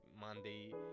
Monday